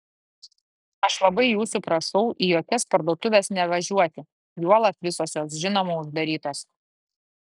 aš labai jūsų prašau į jokias parduotuves nevažiuoti juolab visos jos žinoma uždarytos